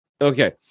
Okay